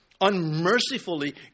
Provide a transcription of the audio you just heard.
unmercifully